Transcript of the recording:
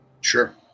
Sure